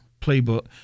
playbook